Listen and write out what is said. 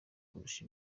kurusha